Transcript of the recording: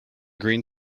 green